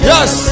Yes